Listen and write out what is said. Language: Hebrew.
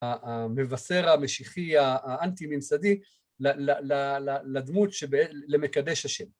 המבשר המשיחי, האנטי-ממסדי, לדמות למקדש השם